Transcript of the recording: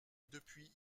depuis